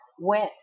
went